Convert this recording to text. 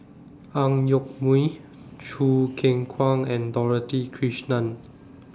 Ang Yoke Mooi Choo Keng Kwang and Dorothy Krishnan